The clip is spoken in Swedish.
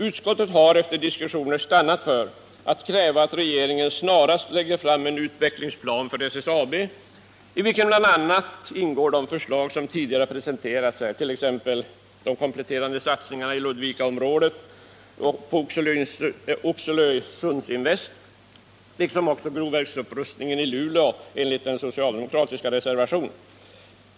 Utskottet har efter diskussioner stannat för att kräva att regeringen snarast lägger fram en utvecklingsplan för SSAB, i vilken bl.a. ingår de förslag som tidigare presenterats här, t.ex. de kompletterande satsningarna i Ludvikaområdet och på Oxelöinvest liksom grovverksupprustningen i Luleå i enlighet med den socialdemokratiska reservationen.